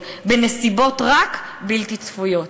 רק בנסיבות רק בלתי צפויות.